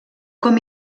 com